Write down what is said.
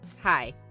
Hi